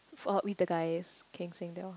fall out with the guys Kian-Seng they all